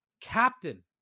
captain